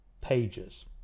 Pages